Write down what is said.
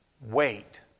wait